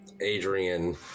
Adrian